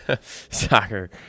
Soccer